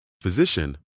physician